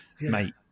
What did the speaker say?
mate